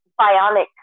bionic